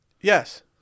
Yes